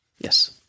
yes